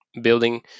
building